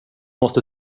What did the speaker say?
måste